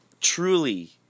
truly